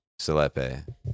Celepe